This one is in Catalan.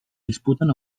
disputen